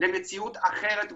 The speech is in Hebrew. למציאות אחרת מודרנית.